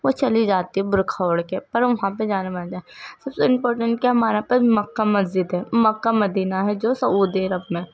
وہ چلی جاتی برکھا اوڑھ کے پر وہاں پہ جانے منع ہے سب سے امپورٹنٹ کیا ہمارا پاس مکہ مسجد ہے مکہ مدینہ ہے جو سعودی عرب میں ہے